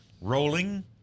rolling